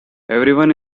everyone